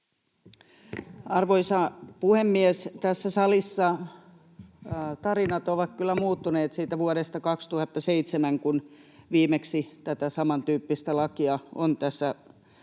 Arvoisa puhemies! Tässä salissa tarinat ovat kyllä muuttuneet siitä vuodesta 2007, kun viimeksi tätä samantyyppistä lakia on tässä salissa